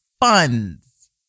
funds